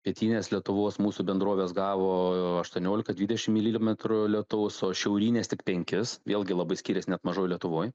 pietinės lietuvos mūsų bendrovės gavo aštuoniolika dvidešim milimetrų lietaus o šiaurinės tik penkis vėlgi labai skyrės net mažoj lietuvoj